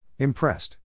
Impressed